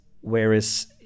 whereas